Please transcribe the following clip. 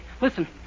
listen